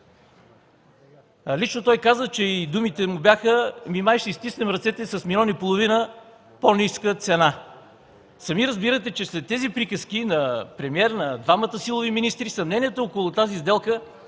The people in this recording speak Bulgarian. Лично той каза, думите му бяха: „Май ще си стиснем ръцете с милион и половина по-ниска цена”. Сами разбирате, че след тези приказки на премиера и на двамата силови министри съмненията около тази сделка,